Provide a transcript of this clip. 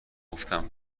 گفتم